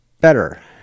better